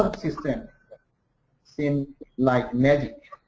um system seemed like magic.